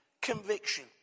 conviction